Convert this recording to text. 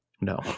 No